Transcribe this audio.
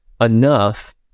enough